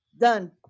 Done